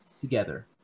together